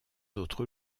autres